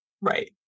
right